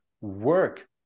work